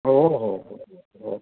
हो हो हो हो